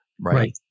Right